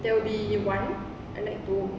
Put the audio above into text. there will be one and like to